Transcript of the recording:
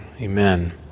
Amen